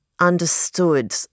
understood